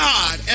God